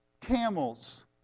camels